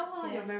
yes